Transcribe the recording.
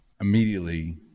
immediately